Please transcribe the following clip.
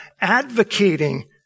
advocating